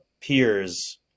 peers